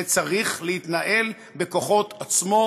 זה צריך להתנהל בכוחות עצמו,